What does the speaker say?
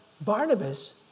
Barnabas